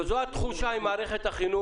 זו התחושה לגבי מה שקורה עם מערכת החינוך,